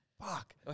Fuck